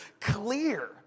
clear